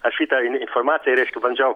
aš šitą informaciją reiškia bandžiau